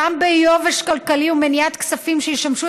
גם ביובש כלכלי ומניעת כספים שישמשו